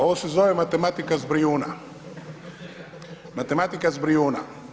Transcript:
Ovo se zove matematika s Brijuna, matematika s Brijuna.